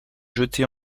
jetés